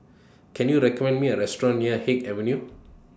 Can YOU recommend Me A Restaurant near Haig Avenue